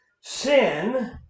sin